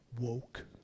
woke